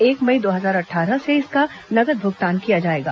एक मई दो हजार अट्ठारह से इसका नकद भुगतान किया जाएगा